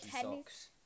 socks